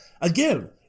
again